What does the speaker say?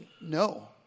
no